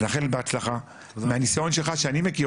אז נאחל בהצלחה ומהניסיון שלך שאני מכיר